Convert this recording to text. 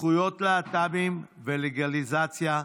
זכויות להט"בים ולגליזציה,